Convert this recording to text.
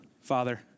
Father